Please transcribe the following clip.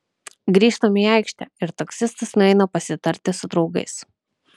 grįžtam į aikštę ir taksistas nueina pasitarti su draugais